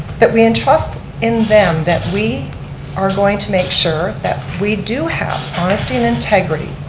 that we entrust in them that we are going to make sure that we do have honesty and integrity.